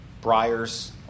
Briars